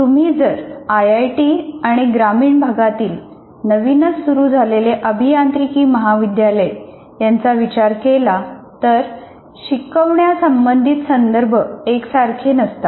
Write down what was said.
तुम्ही जर आयआयटी आणि ग्रामीण भागातील नवीनच सुरू झालेले अभियांत्रिकी महाविद्यालय यांचा विचार केला तर शिकवण्यासंबंधित संदर्भ एक सारखे नसतात